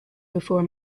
before